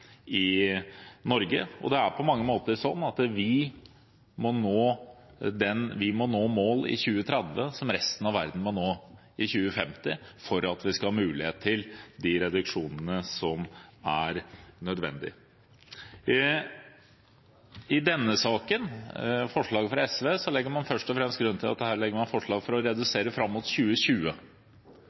i Norge, og det er på mange måter slik at vi må nå mål i 2030 som resten av verden må nå i 2050, for at vi skal ha mulighet til de reduksjonene som er nødvendige. I denne saken, om representantforslaget fra SV, legger man først og fremst til grunn et mål om å redusere fram mot 2020.